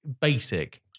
basic